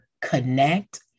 connect